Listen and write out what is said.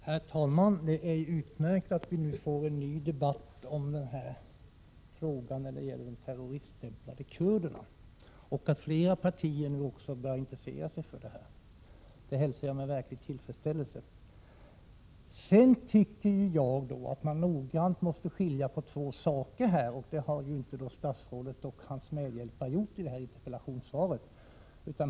Herr talman! Det är utmärkt att vi nu får en ny debatt i frågan om de terroriststämplade kurderna och att flera partier börjar intressera sig för den här frågan. Det hälsar jag med verklig tillfredsställelse. Man måste noggrant skilja på två saker — men det har inte statsrådet och hans medhjälpare gjort i svaret.